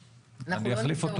אני אחליף אותו